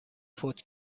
فوت